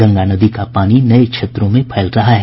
गंगा नदी का पानी नये क्षेत्रों में फैल रहा है